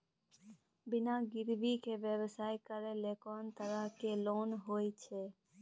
बिना गिरवी के व्यवसाय करै ले कोन तरह के लोन होए छै?